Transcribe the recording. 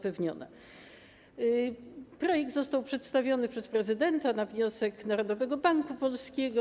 Projekt został przedstawiony przez prezydenta na wniosek Narodowego Banku Polskiego.